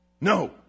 No